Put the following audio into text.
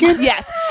Yes